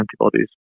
antibodies